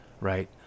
right